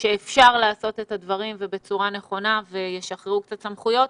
שאפשר לעשות את הדברים ובצורה נכונה וישחררו קצת סמכויות.